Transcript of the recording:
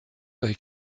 they